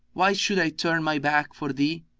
why should i turn my back for thee?